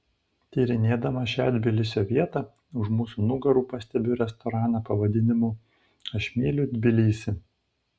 tyrinėdama šią tbilisio vietą už mūsų nugarų pastebiu restoraną pavadinimu aš myliu tbilisį